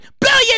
billion